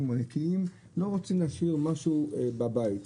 או נקיים לא רוצים להשאיר משהו בבית.